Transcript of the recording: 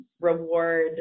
reward